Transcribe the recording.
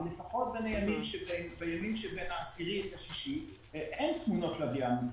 ולפחות בימים שבין ה-6 ל-10 אין תמונות לוויין.